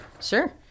Sure